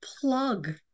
plug